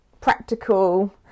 practical